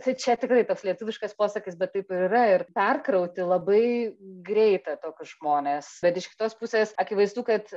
tai čia tikrai toks lietuviškas posakis bet taip ir yra ir perkrauti labai greita tokius žmones bet iš kitos pusės akivaizdu kad